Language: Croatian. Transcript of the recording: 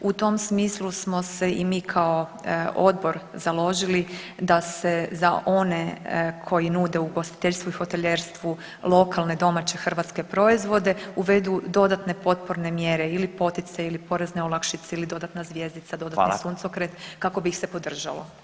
U tom smislu smo se i mi kao odbor založili da se za one koji nude ugostiteljstvu i hotelijerstvu lokalne domaće hrvatske proizvode uvedu dodatne potporne mjere ili poticaji ili porezne olakšice ili dodatna zvjezdica, dodatni suncokret kako bi ih se podržalo.